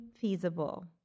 feasible